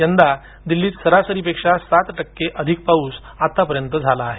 यंदा दिल्लीत सरासरीपेक्षा सात टक्के अधिक पाऊस आतापर्यंत झाला आहे